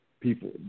people